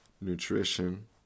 nutrition